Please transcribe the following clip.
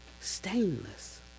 stainless